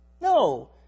No